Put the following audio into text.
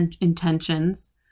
intentions